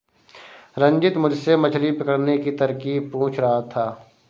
रंजित मुझसे मछली पकड़ने की तरकीब पूछ रहा था